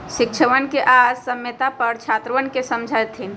शिक्षकवन आज साम्यता पर छात्रवन के समझय थिन